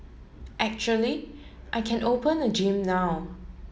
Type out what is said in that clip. actually I can open a gym now